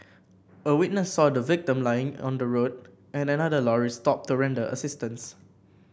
a witness saw the victim lying on the road and another lorry stopped to render assistance